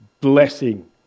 blessing